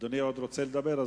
אדוני עוד רוצה לדבר?